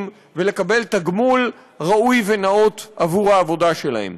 ולקבל תגמול ראוי ונאות עבור העבודה שלהם.